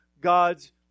God's